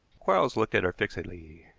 quarles looked at her fixedly.